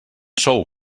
sou